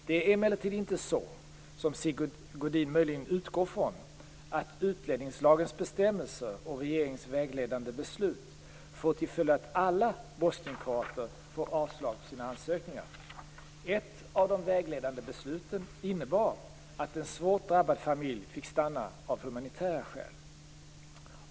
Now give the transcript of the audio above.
Det är emellertid inte så, som Sigge Godin möjligen utgår från, att utlänningslagens bestämmelser och regeringens vägledande beslut får till följd att alla bosnienkroater får avslag på sina ansökningar. Ett av de vägledande besluten innebar att en svårt drabbad familj fick stanna av humanitära skäl.